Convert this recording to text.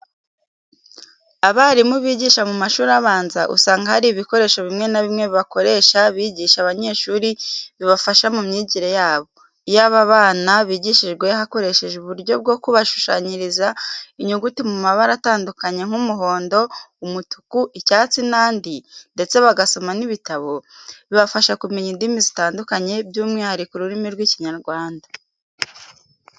Abarimu bigisha mu mashuri abanza, usanga hari ibikoresho bimwe na bimwe bakoresha bigisha abanyeshuri bibafasha mu myigire yabo. Iyo aba bana bigishijwe hakoresheje uburyo bwo kubashushanyiriza inyuguti mu mabara atandukanye nk'umuhondo, umutuku, icyatsi n'andi ndetse bagasoma n'ibitabo, bibafasha kumenya indimi zitandukanye byumwihariko ururimi rw'Ikinyarwanda.